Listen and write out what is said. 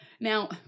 now